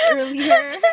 earlier